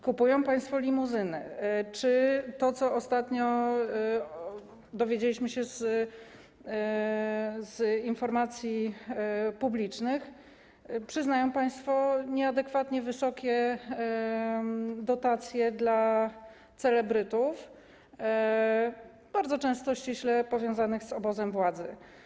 kupują państwo limuzyny, czy - ostatnio dowiedzieliśmy się o tym z informacji publicznych - przyznają państwo nieadekwatnie wysokie dotacje dla celebrytów, którzy bardzo często są ściśle powiązani z obozem władzy.